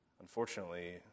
Unfortunately